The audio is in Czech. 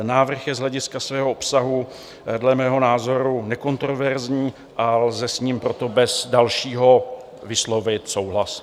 Návrh je z hlediska svého obsahu dle mého názoru nekontroverzní a lze s ním bez dalšího vyslovit souhlas.